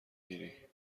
گیری